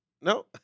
No